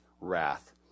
wrath